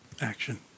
Action